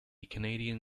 canadian